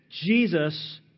Jesus